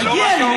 מגיע לי.